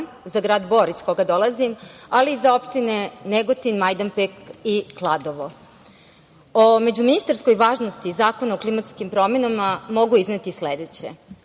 za grad Bor iz koga dolazim, ali i za opštine Negotin, Majdanpek i Kladovo.O međuministarskoj važnosti Zakona o klimatskim promenama mogu izneti sledeće.